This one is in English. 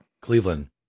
Cleveland